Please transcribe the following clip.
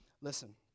Listen